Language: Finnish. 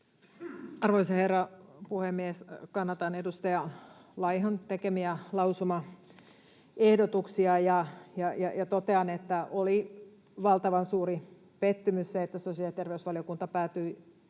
Arvoisa herra puhemies! Kannatan edustaja Laihon tekemiä lausumaehdotuksia ja totean, että oli valtavan suuri pettymys, että sosiaali‑ ja terveysvaliokunta päätyi